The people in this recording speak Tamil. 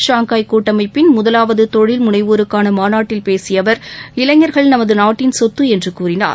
ஷாங்காய் கூட்டமைப்பின் முதலாவது தொழில் முனைவோருக்கான மாநாட்டில் பேசிய அவர் இளைஞர்கள் நமது நாட்டின் சொத்து என்று கூறினார்